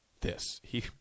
this—he